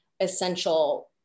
essential